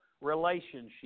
relationship